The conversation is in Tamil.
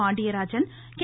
பாண்டியராஜன் கே